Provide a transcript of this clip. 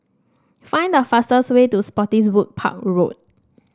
find the fastest way to Spottiswoode Park Road